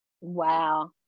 wow